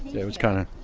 it was kind of.